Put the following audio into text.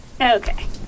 Okay